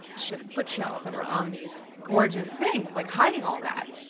foot shells that were on these gorgeous things, like hiding all that.